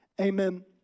amen